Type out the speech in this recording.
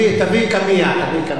תביא קמע, שלא